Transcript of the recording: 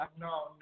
no